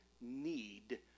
need